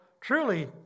truly